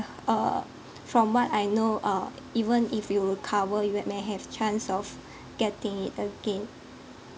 uh from what I know uh even if you recover you h~ may have chance of getting it again